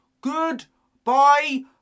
Goodbye